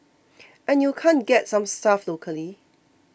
and you can't get some stuff locally